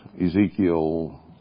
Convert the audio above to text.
Ezekiel